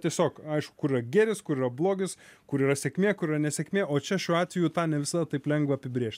tiesiog aišku kur yra gėris kur yra blogis kur yra sėkmė kur yra nesėkmė o čia šiuo atveju tą ne visada taip lengva apibrėžt